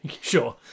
Sure